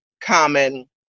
common